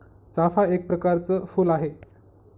चाफा एक प्रकरच फुल आहे